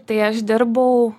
tai aš dirbau